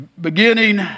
beginning